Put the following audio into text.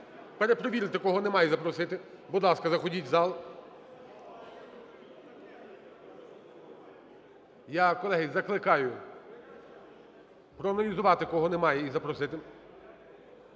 перепровірити кого немає і запросити. Будь ласа, заходіть в зал. Я, колеги, закликаю проаналізувати, кого немає, і запросити.